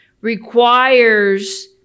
requires